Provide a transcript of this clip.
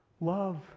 love